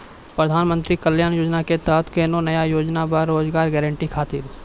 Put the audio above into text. प्रधानमंत्री कल्याण योजना के तहत कोनो नया योजना बा का रोजगार गारंटी खातिर?